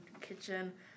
kitchen